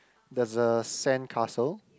there's a sandcastle